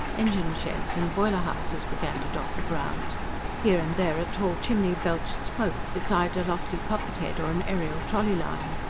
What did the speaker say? engine-sheds and boiler-houses began to dot the ground here and there a tall chimney belched smoke, beside a lofty poppet-head or an aerial trolley-line.